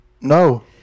No